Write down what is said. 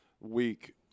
week